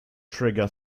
trigger